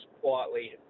quietly